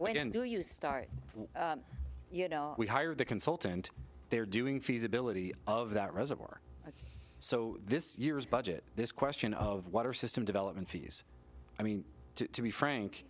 wait until you start you know we hired the consultant they're doing feasibility of that reservoir so this year's budget this question of water system development fees i mean to be frank